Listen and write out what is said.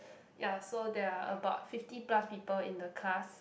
ya so there are about fifty plus people in the class